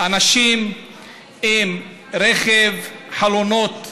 אנשים עם רכב, חלונות שחורים,